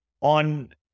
on